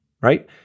right